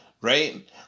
Right